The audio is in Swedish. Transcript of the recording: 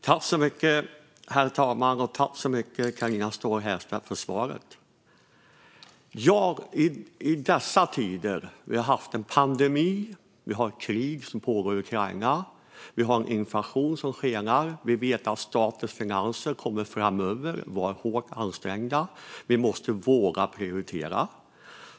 Herr talman! Tack så mycket, Carina Ståhl Herrstedt, för svaret! Vi har haft en pandemi. Det pågår krig i Ukraina. Vi har en inflation som skenar. Vi vet att statens finanser framöver kommer att vara hårt ansträngda. I dessa tider måste vi våga prioritera.